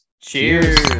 cheers